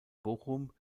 bochum